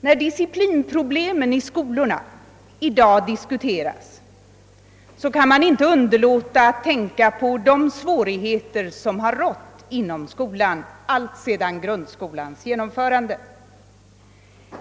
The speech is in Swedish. När disciplinproblemen i skolorna i dag diskuteras kan man inte underlåta att tänka på de svårigheter som har rått inom skolan alltsedan grundskolans genomförande.